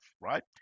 Right